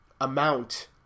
amount